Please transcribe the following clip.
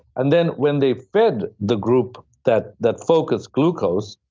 and then when they fed the group that that focused, glucose,